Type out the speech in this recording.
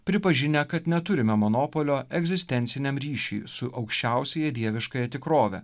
pripažinę kad neturime monopolio egzistenciniam ryšiui su aukščiausiąja dieviškąja tikrove